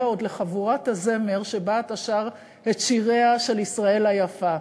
לחבורת הזמר שבה אתה שר את שיריה של ישראל היפה.